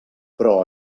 però